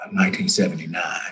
1979